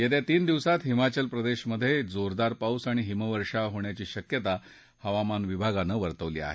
येत्या तीन दिवसात हिमाचल प्रदेशात जोरदार पाऊस आणि हिमवर्षाव होण्याची शक्यता हवामान विभागानं वर्तवली आहे